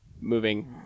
moving